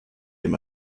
him